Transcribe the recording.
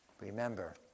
Remember